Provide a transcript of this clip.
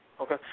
Okay